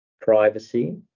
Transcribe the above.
Privacy